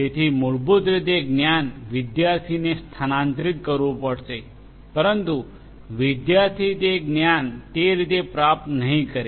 તેથી મૂળભૂત રીતે જ્ઞાન વિદ્યાર્થીને સ્થાનાંતરિત કરવું પડશે પરંતુ વિદ્યાર્થી તે જ્ઞાન ને તે રીતે પ્રાપ્ત નહીં કરે